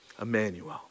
Emmanuel